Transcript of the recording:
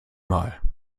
mal